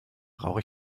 brauche